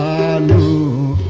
and